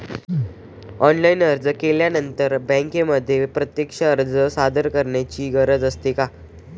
Online अर्ज केल्यानंतर बँकेमध्ये प्रत्यक्ष अर्ज सादर करायची गरज असते का?